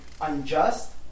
unjust